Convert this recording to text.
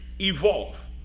evolve